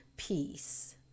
peace